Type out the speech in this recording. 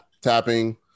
tapping